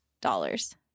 dollars